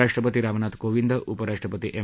राष्ट्रपती रामनाथ कोविंद उपराष्ट्रपती एम